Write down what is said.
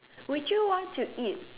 would you want to eat